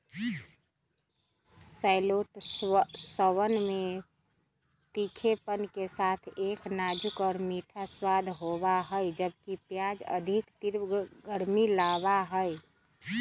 शैलोट्सवन में तीखेपन के साथ एक नाजुक और मीठा स्वाद होबा हई, जबकि प्याज अधिक तीव्र गर्मी लाबा हई